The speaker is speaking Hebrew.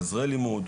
עזרי לימוד,